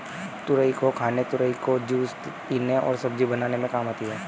तुरई को खाने तुरई का जूस पीने और सब्जी बनाने में काम आती है